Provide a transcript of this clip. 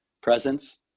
presence